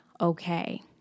okay